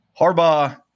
Harbaugh